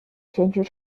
选举